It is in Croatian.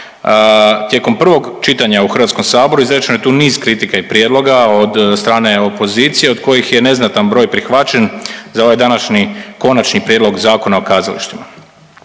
tijekom prvog čitanja u HS izrečeno je tu niz kritika i prijedloga od strane opozicije od kojih je neznatan broj prihvaćen za ovaj današnji Konačni prijedlog Zakona o kazalištima.